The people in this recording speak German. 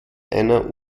einer